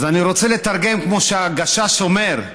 אז אני רוצה לתרגם, כמו שהגשש אומר,